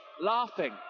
laughing